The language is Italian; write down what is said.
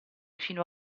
fino